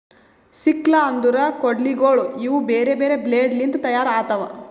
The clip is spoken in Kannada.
ಸಿಕ್ಲ್ ಅಂದುರ್ ಕೊಡ್ಲಿಗೋಳ್ ಇವು ಬೇರೆ ಬೇರೆ ಬ್ಲೇಡ್ ಲಿಂತ್ ತೈಯಾರ್ ಆತವ್